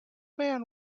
man